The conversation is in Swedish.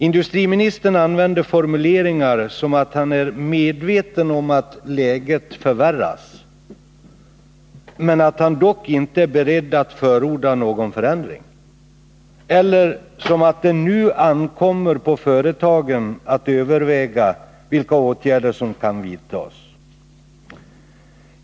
Industriministern använder formuleringar som att han är medveten om att läget förvärras, men att han dock inte är beredd att förorda någon förändring, eller formuleringar som att det nu ankommer på företagen att överväga vilka åtgärder som vidtas.